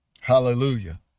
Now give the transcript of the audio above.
Hallelujah